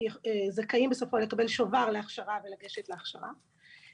זכאים בסופו לקבל שובר להכשרה ולגשת להכשרה.